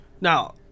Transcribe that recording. Now